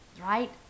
right